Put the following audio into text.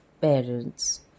parents